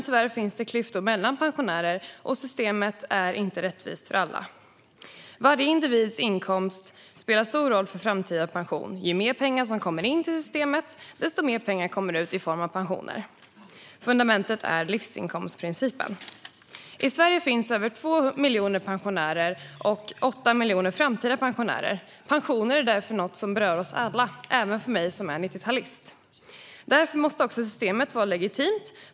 Tyvärr finns det dock klyftor mellan pensionärer, och systemet är inte rättvist för alla. Varje individs inkomst spelar stor roll för den framtida pensionen - ju mer pengar som kommer in till systemet, desto mer pengar kommer ut i form av pensioner. Fundamentet är livsinkomstprincipen. I Sverige finns över 2 miljoner pensionärer och 8 miljoner framtida pensionärer. Pensioner är därför något som berör oss alla - även mig som är 90-talist. Därför måste systemet vara legitimt.